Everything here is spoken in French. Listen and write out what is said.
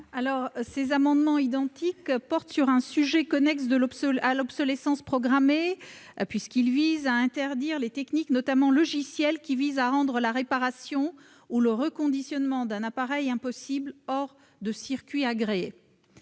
Ces amendements identiques portent sur un sujet connexe à l'obsolescence programmée, puisqu'ils visent à interdire les techniques, notamment en matière de logiciels, qui tendent à rendre la réparation ou le reconditionnement d'un appareil impossible hors circuits agréés.